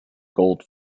gold